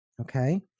Okay